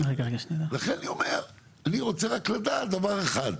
לכן אני אומר, אני רוצה לדעת דבר אחד: